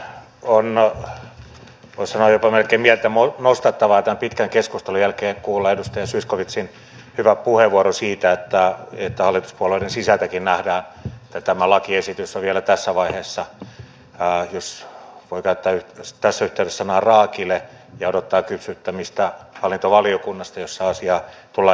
on voisi sanoa jopa melkein mieltä nostattavaa tämän pitkän keskustelun jälkeen kuulla edustaja zyskowicin hyvä puheenvuoro siitä että hallituspuolueiden sisältäkin nähdään että tämä lakiesitys on vielä tässä vaiheessa jos voi käyttää tässä yhteydessä tätä sanaa raakile ja se odottaa kypsyttämistä hallintovaliokunnasta jossa asiaa tullaan käsittelemään